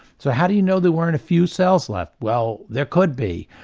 so how do you know there weren't a few cells left? well, there could be.